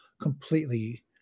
completely